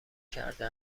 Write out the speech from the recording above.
کرده